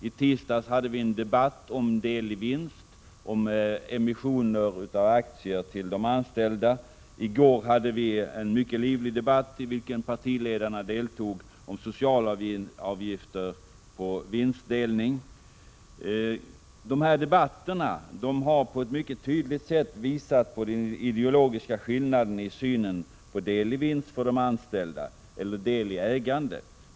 I tisdags hade vi en debatt om del i vinst, om emissioner av aktier till de anställda. I går hade vi en mycket livlig debatt, i vilken partiledarna deltog, om socialavgifter på vinstdelning. Dessa debatter har på ett mycket tydligt sätt visat de ideologiska skillnaderna i synen på del i vinst eller del i ägandet för de anställda.